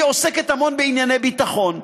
היא עוסקת המון בענייני ביטחון,